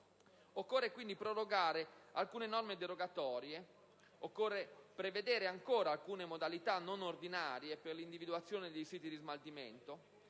Occorre quindi prorogare alcune norme derogatorie. Occorre prevedere ancora alcune modalità non ordinarie per l'individuazione di altri siti di smaltimento,